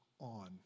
on